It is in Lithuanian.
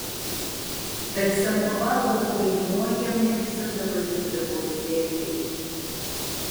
bet samochvalovo vaidmuo jam ne visada pavykdavo idealiai